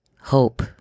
hope